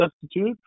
substitute